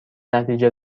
نتیجه